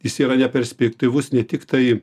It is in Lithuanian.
jis yra neperspektyvus ne tiktai